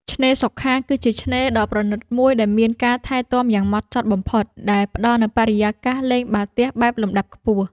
ឆ្នេរសុខាគឺជាឆ្នេរដ៏ប្រណីតមួយដែលមានការថែទាំយ៉ាងហ្មត់ចត់បំផុត ដែលផ្ដល់នូវបរិយាកាសលេងបាល់ទះបែបលំដាប់ខ្ពស់។